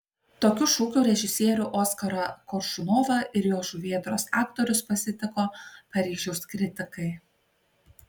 tokiu šūkiu režisierių oskarą koršunovą ir jo žuvėdros aktorius pasitiko paryžiaus kritikai